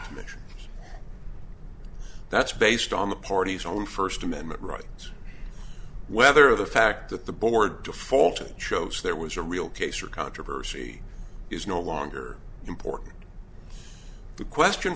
commission that's based on the party's own first amendment rights whether of the fact that the board defaulting shows there was a real case or controversy is no longer important the question